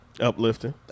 Uplifting